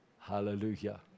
Hallelujah